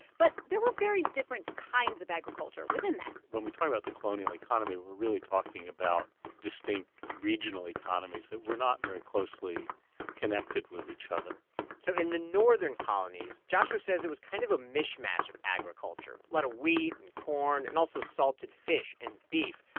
but there were very different kinds of agriculture within that when we talk about the colonial economy, we're really talking about distinct regional economies that were not very closely connected with each other so in the northern colonies, joshua says it was kind of a mishmash of agriculture a lot of wheat and corn and also salted fish and beef.